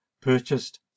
purchased